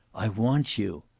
i want you,